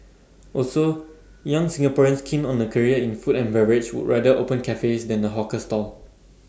also young Singaporeans keen on A career in food and beverage would rather open cafes than A hawker stall